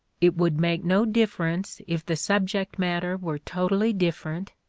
it would make no difference if the subject matter were totally different,